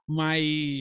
mas